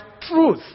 truth